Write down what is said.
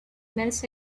minutes